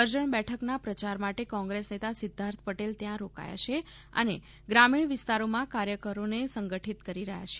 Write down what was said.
કરજણ બેઠકના પ્રયાર માટે કોંગ્રેસ નેતા સિધ્ધાર્થ પટેલ ત્યાં રોકાયા છે અને ગ્રામીણ વિસ્તારોમાં કાર્યકરોને સંગઠિત કરી રહ્યા છે